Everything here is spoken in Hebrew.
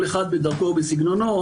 כל אחד בדרכו ובסגנונו.